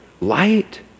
light